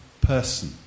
person